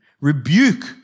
rebuke